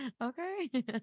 okay